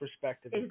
perspective